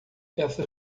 essas